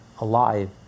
alive